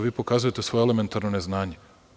Vi pokazujete svoje elementarno neznanje.